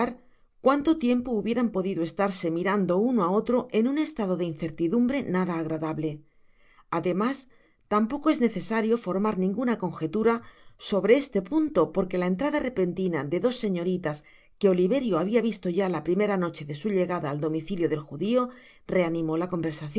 cuanto tiempo hubieran podido estarse mirando uno á otro en un estado de incertidumbre nada agradable además tampoco es necesario formar ninguna conjetura sobre este punto porque la entrada repentina de dos señoritas que oliverio habia visto ya la primera noche de su llegada al domicilio del judio reanimó la conversacion